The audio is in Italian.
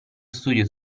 studio